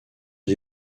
est